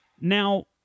Now